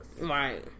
right